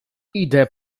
idę